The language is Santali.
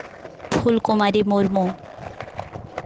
ᱯᱷᱩᱞ ᱠᱩᱢᱟᱨᱤ ᱢᱩᱨᱢᱩ